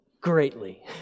greatly